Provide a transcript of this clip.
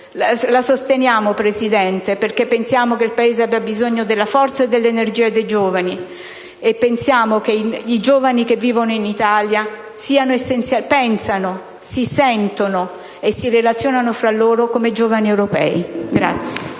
La sosteniamo, signor Presidente, perché crediamo che il Paese abbia bisogno della forza e dell'energia dei giovani e riteniamo che i giovani che vivono in Italia pensano, si sentono e si relazionano fra loro come giovani europei.